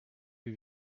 wie